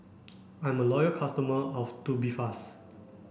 I'm a loyal customer of Tubifast